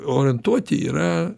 orientuoti yra